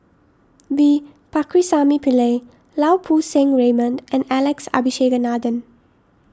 V Pakirisamy Pillai Lau Poo Seng Raymond and Alex Abisheganaden